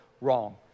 wrong